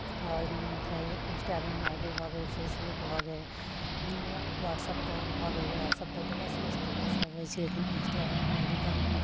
आओर छै Instagram I D भऽ गेल फेसबुक भऽ गेल व्हाट्सअप पऽ भऽ गेल व्हाट्सअपपर तऽ बस स्टेटस लगबै छै लेकिन इन्सटाग्राम आई डी पर